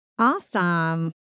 Awesome